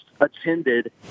attended